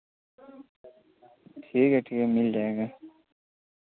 ठीक है ठीक है मिल जाएगा